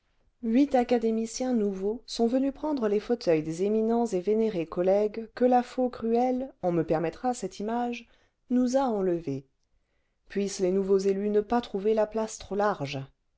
huit académiciens nouveaux sont venus prendre les fauteuils des éminents et vénérés collègues que la faux cruelle on me permettra cette image nous a enlevés puissent les nouveaux élus ne pas trouver la place trop large